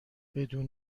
بدون